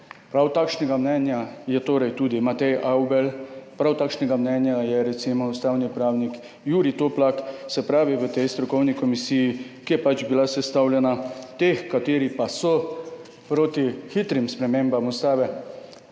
Prav takšnega mnenja je tudi Matej Avbelj, prav takšnega mnenja je recimo ustavni pravnik Jurij Toplak, se pravi, v tej strokovni komisiji, ki je bila pač sestavljena. Teh, ki pa so proti hitrim spremembam ustave,